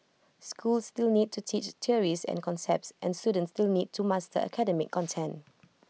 schools still need to teach theories and concepts and students still need to master academic content